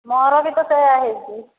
ମୋର ବି ତ ସେୟା ହୋଇଛି